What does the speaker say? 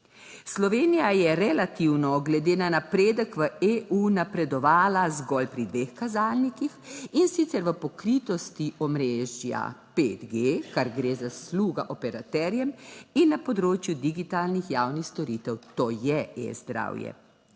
Slovenija je relativno glede na napredek v EU napredovala zgolj pri dveh kazalnikih, in sicer v pokritosti omrežja 5G, kar gre zasluga operaterjem, in na področju digitalnih javnih storitev, to je E-zdravje.